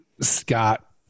Scott